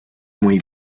muy